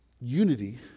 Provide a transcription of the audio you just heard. Unity